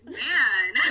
man